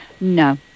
no